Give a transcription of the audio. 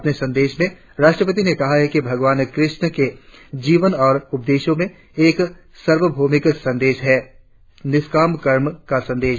अपने संदेश में राष्ट्रपति ने कहा है कि भगवान क्रष्ण के जीवन एवं उपदेशों में एक सार्वभौमिक संदेश है निष्काम कर्म का संदेश